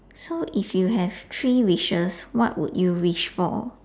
so if you have three wishes what would you wish for